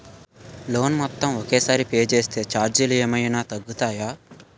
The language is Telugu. లోన్ మొత్తం ఒకే సారి పే చేస్తే ఛార్జీలు ఏమైనా తగ్గుతాయా?